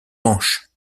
manches